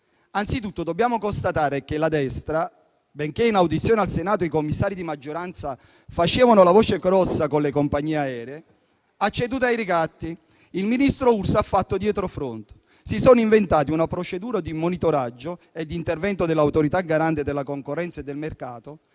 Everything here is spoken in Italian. Anzitutto dobbiamo constatare che la destra, benché in audizione al Senato i commissari di maggioranza facessero la voce grossa con le compagnie aeree, ha ceduto ai ricatti. Il ministro Urso ha fatto dietrofront. Si sono inventati una procedura di monitoraggio e di intervento dell'Autorità garante della concorrenza e del mercato